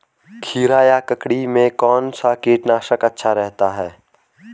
खीरा या ककड़ी में कौन सा कीटनाशक अच्छा रहता है?